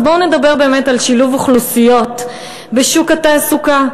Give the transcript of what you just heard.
אז בואו נדבר באמת על שילוב אוכלוסיות בשוק התעסוקה.